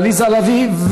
לעליזה לביא,